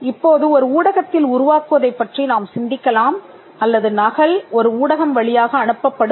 இப்போது ஒரு ஊடகத்தில் உருவாக்குவதைப் பற்றி நாம் சிந்திக்கலாம் அல்லது நகல் ஒரு ஊடகம் வழியாக அனுப்பப்படும்